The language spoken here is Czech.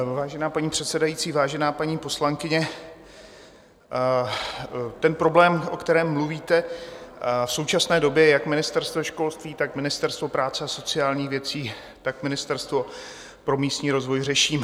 Vážená paní předsedající, vážená paní poslankyně, ten problém, o kterém mluvíte v současné době jak Ministerstvo školství, tak Ministerstvo práce a sociálních věcí, tak Ministerstvo pro místní rozvoj řeším.